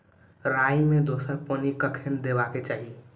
राई मे दोसर पानी कखेन देबा के चाहि?